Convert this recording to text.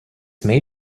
may